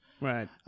Right